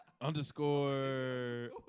Underscore